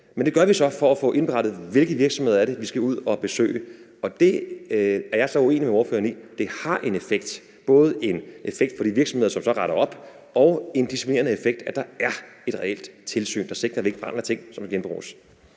Men det gør vi så for at få indberettet, hvilke virksomheder det er, vi skal ud og besøge. Der er jeg så uenig med spørgeren. Det har en effekt, både en effekt for de virksomheder, som så retter op, og en disciplinerende effekt, at der er et reelt tilsyn, der sikrer, at vi ikke brænder ting, som kan genbruges.